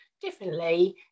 differently